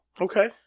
Okay